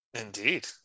Indeed